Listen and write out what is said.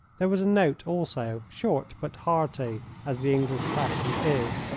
there was a note also, short but hearty, as the english fashion is,